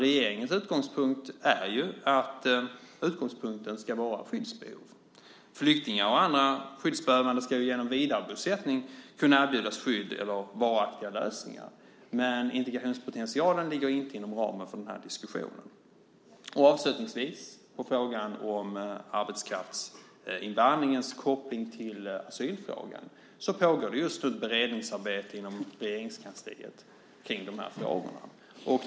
Regeringens utgångspunkt är att det ska vara skyddsbehov. Flyktingar och andra skyddsbehövande ska genom vidarebosättning kunna erbjudas skydd eller varaktiga lösningar, men integrationspotentialen ligger inte inom ramen för den här diskussionen. Avslutningsvis vill jag säga: Beträffande frågan om arbetskraftsinvandringens koppling till asylfrågan pågår just nu beredningsarbete inom Regeringskansliet kring de här frågorna.